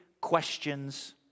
questions